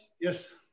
Yes